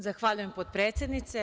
Zahvaljujem, potpredsednice.